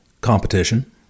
Competition